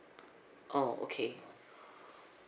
oh okay